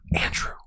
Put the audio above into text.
Andrew